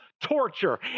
torture